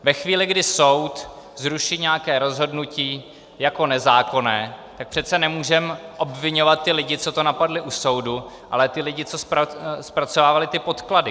Ve chvíli, kdy soud zruší nějaké rozhodnutí jako nezákonné, tak přece nemůžeme obviňovat ty lidi, co to napadli u soudu, ale ty lidi, co zpracovávali podklady.